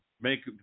make